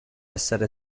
essere